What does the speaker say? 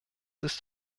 ist